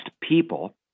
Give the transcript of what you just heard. people